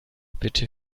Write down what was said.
bitte